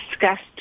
discussed